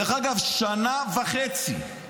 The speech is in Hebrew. דרך אגב, שנה וחצי,